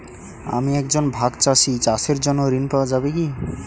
আমি একজন ভাগ চাষি চাষের জন্য ঋণ পাওয়া যাবে কি?